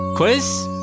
Quiz